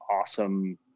awesome